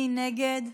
מי נגד?